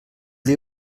dia